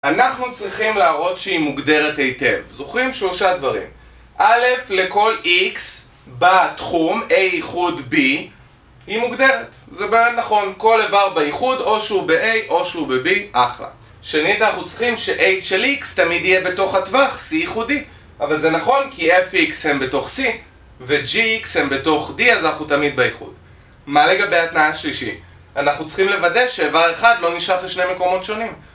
אנחנו צריכים להראות שהיא מוגדרת היטב זוכרים שלושה דברים א', לכל x בתחום a איחוד b היא מוגדרת, זה באמת נכון, כל איבר באיחוד או שהוא בa או שהוא בb, אחלה. שנית אנחנו צריכים שh של x תמיד יהיה בתוך הטווח, c איחוד d אבל זה נכון כי fx הם בתוך c וgx הם בתוך d אז אנחנו תמיד באיחוד. מה לגבי התנאי השלישי? אנחנו צריכים לוודא שאיבר אחד לא נשאר בשני מקומות שונים